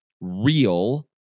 real